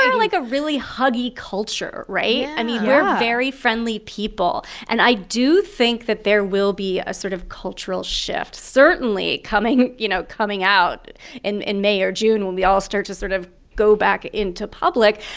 like a really huggy culture, right? i mean, we're very friendly people. and i do think that there will be a sort of cultural shift, certainly coming you know, coming out in in may or june, when we all start to sort of go back into public.